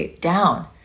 down